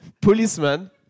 Policeman